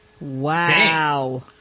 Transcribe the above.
Wow